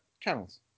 channels